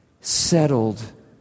settled